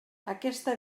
aquesta